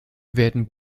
werden